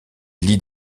lie